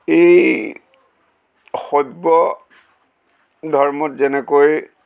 এই সব্য ধৰ্মত যেনেকৈ